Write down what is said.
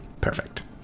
perfect